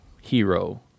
hero